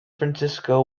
francisco